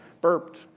burped